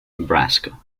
nebraska